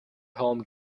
home